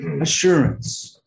Assurance